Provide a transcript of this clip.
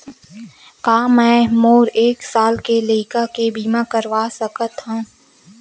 का मै मोर एक साल के लइका के बीमा करवा सकत हव?